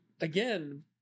again